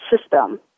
system